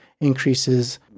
increases